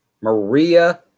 Maria –